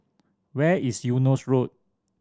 where is Eunos Road